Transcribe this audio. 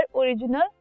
original